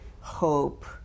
hope